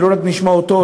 ולא רק נשמע אותו,